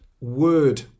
word